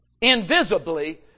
invisibly